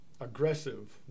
aggressive